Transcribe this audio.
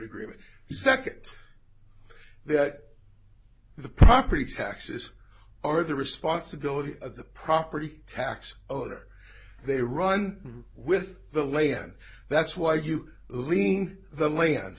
second that the property taxes are the responsibility of the property tax or they run with the land that's why you lean the land